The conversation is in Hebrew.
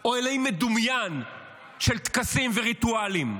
או אלוהים מדומיין של טקסים וריטואלים?